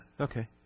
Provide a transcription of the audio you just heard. Okay